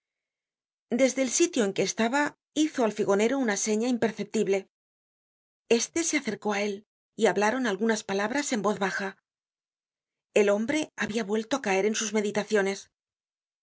desde el sitio en que estaba hizo al figonero una seña imperceptible este se acercó á él y hablaron algunas palabras en voz baja el hombre habia vuelto á caer en sus meditaciones el